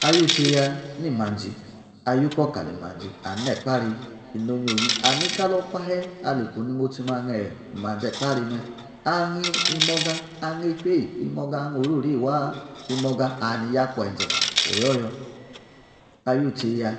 Atutsaya ni manȝii ayu krow kali manȝii ne Ekpaari yinor yoyin and ni kali okpahe ali ku ni motu angyine manȝil Elpaari me angyi imoga angyi echwe imoga angyin ororie waa imoga and yakwanȝe oyo yor alu tse ya